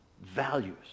values